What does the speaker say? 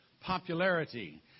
popularity